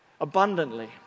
abundantly